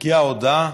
מגיעה ההודעה,